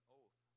oath